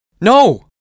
No